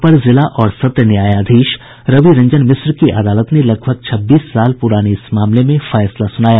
अपर जिला और सत्र न्यायाधीश रविरंजन मिश्र की अदालत ने लगभग छब्बीस साल पुराने इस मामले में फैसला सुनाया